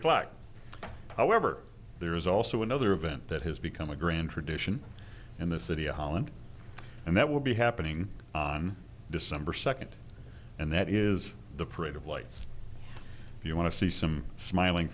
o'clock however there is also another event that has become a grand tradition in the city of holland and that will be happening on december second and that is the parade of lights if you want to see some smiling